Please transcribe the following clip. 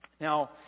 now